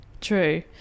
True